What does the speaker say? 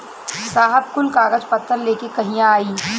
साहब कुल कागज पतर लेके कहिया आई?